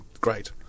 great